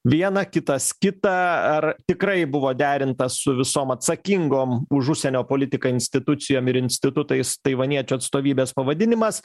vieną kitas kitą ar tikrai buvo derintas su visom atsakingom už užsienio politiką institucijom ir institutais taivaniečių atstovybės pavadinimas